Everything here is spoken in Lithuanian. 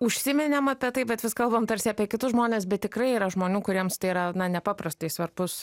užsiminėm apie tai bet vis kalbam tarsi apie kitus žmones bet tikrai yra žmonių kuriems tai yra nepaprastai svarbus